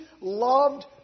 loved